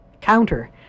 counter